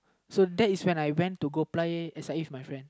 so that is when I went to go apply S_I_A for my friend